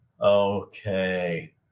Okay